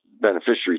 beneficiary